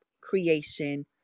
creation